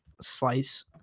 slice